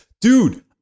dude